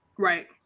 Right